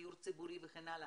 דיור ציבורי וכן הלאה.